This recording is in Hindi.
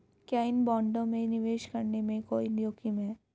क्या इन बॉन्डों में निवेश करने में कोई जोखिम है?